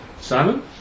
Simon